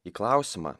į klausimą